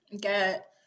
get